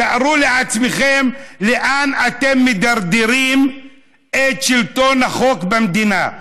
תארו לעצמכם לאן אתם מדרדרים את שלטון החוק במדינה.